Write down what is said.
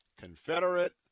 Confederate